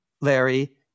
Larry